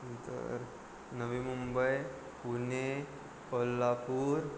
नंतर नवी मुंबई पुणे कोल्हापूर